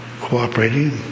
cooperating